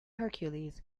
hercules